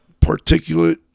particulate